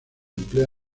emplea